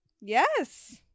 Yes